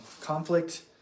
conflict